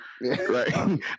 right